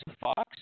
Fox